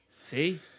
See